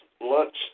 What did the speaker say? lunch